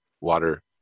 water